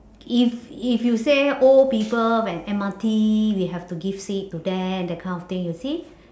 if if you say old people when M_R_T we have to give seat to them that kind of thing you see